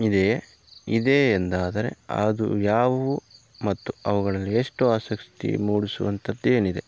ಇದೆಯೇ ಇದೆ ಎಂದಾದರೆ ಅದು ಯಾವುವು ಮತ್ತು ಅವುಗಳಲ್ಲಿ ಎಷ್ಟು ಆಸಕ್ತಿ ಮೂಡಿಸುವಂಥದ್ದು ಏನಿದೆ